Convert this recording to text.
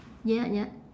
ya ya